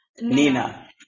Nina